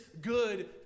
good